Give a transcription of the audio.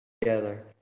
together